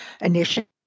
Initiative